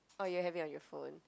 oh you have it on your phone